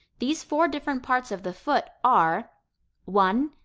these four different parts of the foot are one,